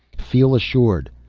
feel assured.